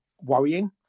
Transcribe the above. worrying